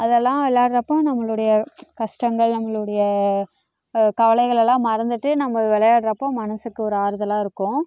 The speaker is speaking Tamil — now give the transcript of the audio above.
அதெல்லாம் விளையாடுறப்போ நம்மளுடைய கஷ்டங்கள் நம்மளுடைய கவலைகள் எல்லாம் மறந்துவிட்டு நம்ம விளையாட்றப்போ மனதுக்கு ஒரு ஆறுதலாக இருக்கும்